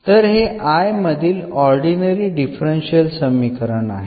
तर हे I मधील ऑर्डिनरी डिफरन्शियल समीकरण आहे